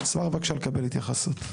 אשמח בבקשה לקבל התייחסות.